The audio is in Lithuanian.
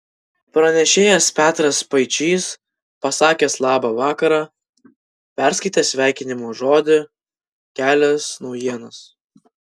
pranešėjas petras spaičys pasakęs labą vakarą perskaitė sveikinimo žodį kelias naujienas